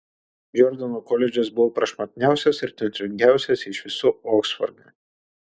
džordano koledžas buvo prašmatniausias ir turtingiausias iš visų oksforde